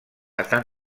estan